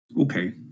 Okay